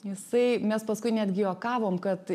jisai mes paskui netgi juokavom kad